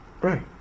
Right